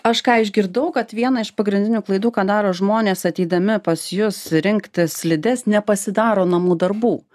aš ką išgirdau kad viena iš pagrindinių klaidų ką daro žmonės ateidami pas jus rinktis slides nepasidaro namų darbų